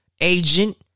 agent